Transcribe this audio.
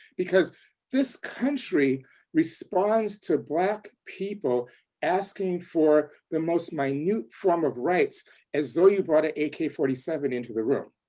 because this country responds to black people asking for the most minute form of rights as though you brought an ak forty seven into the room.